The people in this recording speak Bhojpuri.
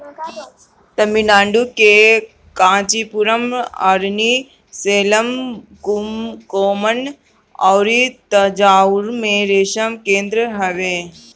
तमिलनाडु के कांचीपुरम, अरनी, सेलम, कुबकोणम अउरी तंजाउर में रेशम केंद्र हवे